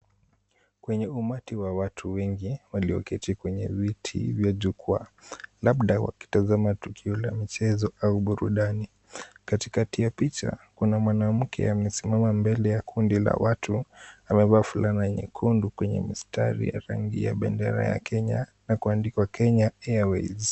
Kwenye umati wa watu wengi walioketi kwenye viti vya jukwaa, labda wakitazama tukio la mchezo au burudani. Katikati ya picha kuna mwanamke amesimama mbele ya kundi la watu amevaa fulana nyekundu kwenye mistari ya rangi ya bendera ya Kenya na kuandikwa Kenya Airways.